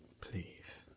Please